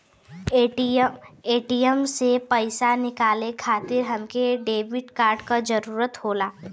ATM से पइसा निकाले खातिर हमके डेबिट कार्ड क जरूरत होला